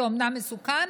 זה אומנם מסוכן,